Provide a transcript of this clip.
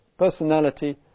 personality